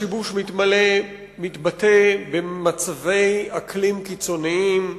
השיבוש מתבטא במצבי אקלים קיצוניים,